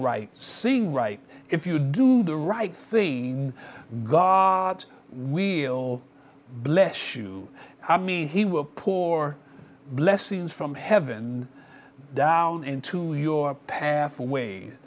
right seeing right if you do the right thing god will bless you i mean he were poor blessings from heaven down into your pathway